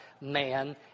man